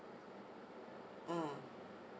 mm